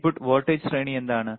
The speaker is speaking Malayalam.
ഇൻപുട്ട് വോൾട്ടേജ് ശ്രേണി എന്താണ്